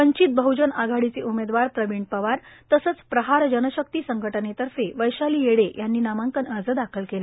वंचित बहजन आघाडीचे उमेदवार प्रविण पवार तसंच प्रहार जनशक्ती संघटनेतर्फे वैशाली येडे यांनी नामांकन अर्ज दाखल केला